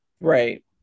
Right